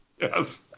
yes